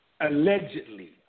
Allegedly